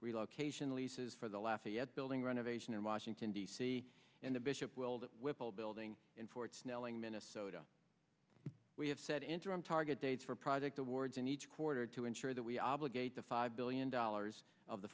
relocation leases for the last yet building renovation in washington d c and the bishop wilton whipple building in fort snelling minnesota we have set interim target dates for project awards in each quarter to ensure that we obligate the five billion dollars of the